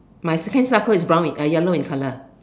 my sandcastle is brown uh yellow in color